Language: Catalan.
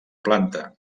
planta